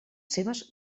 seves